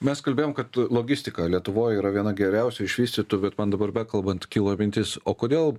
mes kalbėjom kad logistika lietuvoj yra viena geriausiai išvystytų bet man dabar bekalbant kilo mintis o kodėl